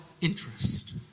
interest